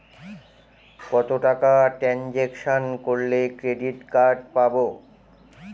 কত টাকা ট্রানজেকশন করলে ক্রেডিট কার্ড পাবো?